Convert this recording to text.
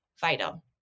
vital